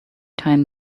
time